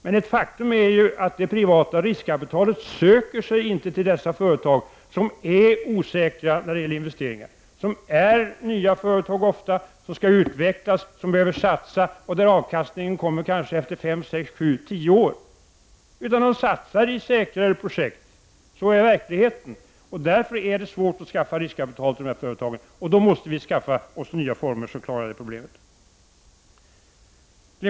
Det är ett faktum att det privata riskkapitalet inte söker sig till företag som är osäkra när det gäller investeringar. Det gäller t.ex. nya företag som skall utvecklas och som behöver satsa. Avkastningen kommer där kanske efter fem, sex, sju eller tio år. Man satsar i stället i säkrare projekt. Så ser verkligheten ut. Det är därför svårt att skaffa riskkapital till dessa företag. Vi måste då skapa nya former som klarar det problemet.